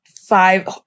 five